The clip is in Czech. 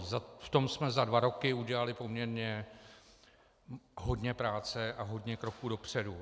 V tom jsme za dva roky udělali poměrně hodně práce a hodně kroků dopředu.